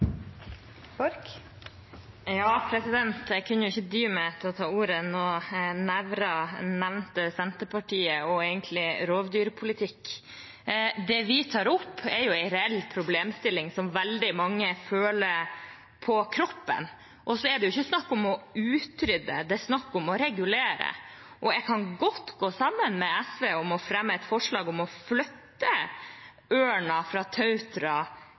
reell problemstilling som veldig mange føler på kroppen. Det er ikke snakk om å utrydde. Det er snakk om å regulere. Jeg kan godt gå sammen med SV om å fremme et forslag om å flytte ørnen fra Tautra